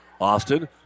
Austin